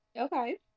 Okay